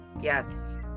Yes